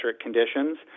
conditions